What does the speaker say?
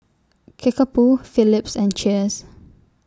Kickapoo Phillips and Cheers